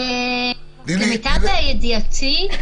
תני לי --- למיטב ידיעתי,